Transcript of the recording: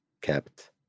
kept